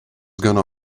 gonna